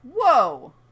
whoa